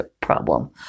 problem